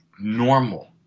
normal